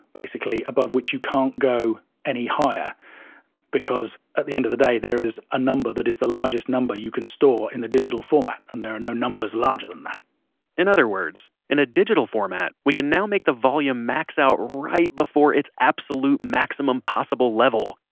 basically, above which you can't go any higher because, at the end of the day, there is a number that is the largest number you can store in the digital format, and there are no numbers larger than that in other words, in a digital format, we can now make the volume max out riiiight before it's absolute maximum possible level.